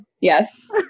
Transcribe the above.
Yes